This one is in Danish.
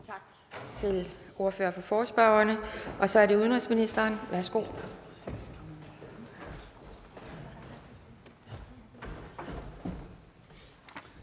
Tak til ordføreren for forespørgerne. Så er det udenrigsministeren. Værsgo.